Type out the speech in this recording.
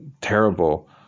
terrible